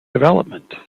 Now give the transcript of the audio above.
development